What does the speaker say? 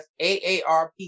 AARP